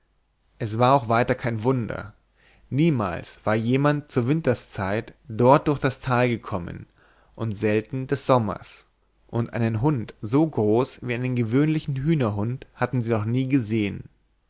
es war auch weiter kein wunder niemals war jemand zur winterszeit dort durch das tal gekommen und selten des sommers und einen hund so groß wie einen gewöhnlichen hühnerhund hatten sie noch nie gesehen